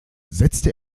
setzte